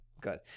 Good